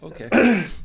okay